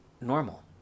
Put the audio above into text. normal